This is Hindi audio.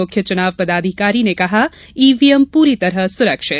मुख्य चुनाव पदाधिकारी ने कहा ईवीएम पूरी तरह सुरक्षित